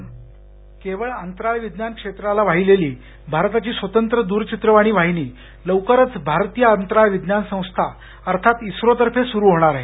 voice cast केवळ अंतराळ विज्ञान क्षेत्राला वाहिलेली भारताची स्वतंत्र दूरचित्रवाणी वाहिनी लवकरच भारतीय अंतराळ विज्ञान संस्था अर्थात इसरोतर्फे सुरू होणार आहे